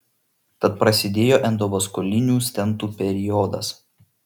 tad prasidėjo endovaskulinių stentų periodas